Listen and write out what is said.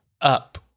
Up